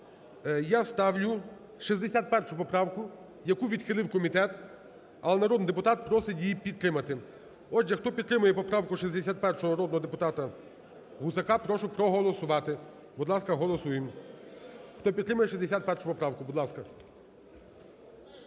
я ставлю 61 поправку, яку відхилив комітет, але народний депутат просить її підтримати. Отже, хто підтримує поправку 61 народного депутата Гусака, прошу проголосувати. Будь ласка, голосуємо, хто підтримує 61 поправку, будь ласка.